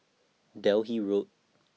Delhi Road